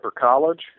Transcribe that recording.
College